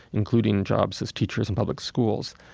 including jobs as teachers in public schools.